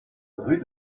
rue